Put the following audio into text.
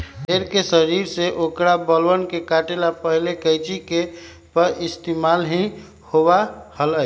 भेड़ के शरीर से औकर बलवन के काटे ला पहले कैंची के पइस्तेमाल ही होबा हलय